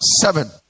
seven